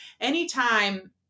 Anytime